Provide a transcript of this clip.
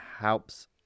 helps